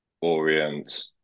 orient